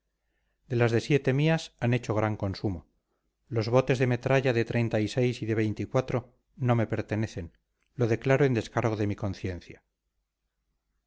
de las de mías han hecho gran consumo los botes de metralla de y de no me pertenecen lo declaro en descargo de mi conciencia